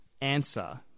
answer